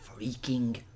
freaking